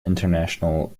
international